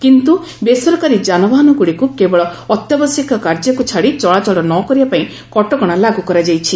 କିନ୍ତୁ ବେସରକାରୀ ଯାନବାହାନଗୁଡ଼ିକୁ କେବଳ ଅତ୍ୟାବଶ୍ୟକ କାର୍ଯ୍ୟକୁ ଛାଡ଼ି ଚଳାଚଳ ନ କରିବା ପାଇଁ କଟକଣା ଲାଗୁ କରାଯାଇଛି